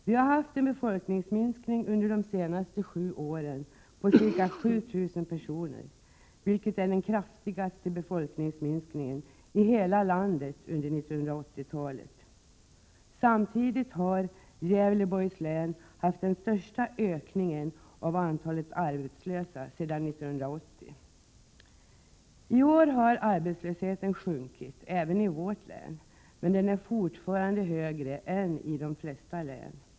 Vi har haft en befolkningsminskning under de senaste sju åren på ca 7 000 personer, vilket är den kraftigaste befolkningsminskningen i hela landet under 1980-talet. Samtidigt har Gävleborgs län haft den största ökningen av antalet arbetslösa sedan 1980. I år har arbetslösheten minskat även i vårt län, men den är fortfarande högre än i de flesta län.